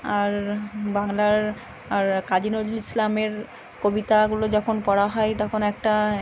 আর বাংলার আর কাজি নজরুল ইসলামের কবিতাগুলো যখন পড়া হয় তখন একটা